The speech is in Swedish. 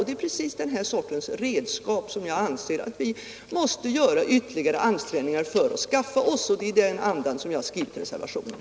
Det är precis den här sortens redskap som jag anser att vi måste göra ytterligare ansträngningar för att skaffa oss. Det är i denna anda jag skrivit reservationen.